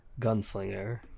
gunslinger